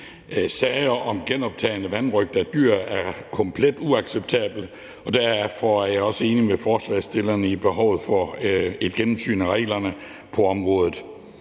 Sager om gentagen vanrøgt af dyr er komplet uacceptable, og derfor er jeg også enig med forslagsstillerne i, at der er behov for et gennemsyn af reglerne på området.